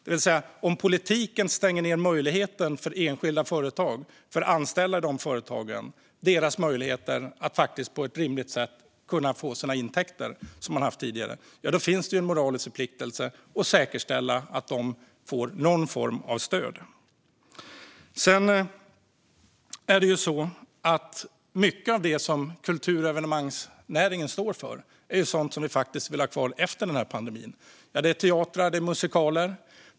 Det vill säga om politiken stänger ned möjligheten för enskilda företag och för anställda i de företagen att på ett rimligt sätt få de intäkter som de haft tidigare, så finns det en moralisk förpliktelse att säkerställa att de får någon form av stöd. Sedan är det så att mycket av det som kultur och evenemangsnäringen står för är sådant som vi vill ha kvar efter pandemin. Det är teatrar och musikaler.